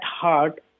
hard